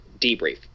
debrief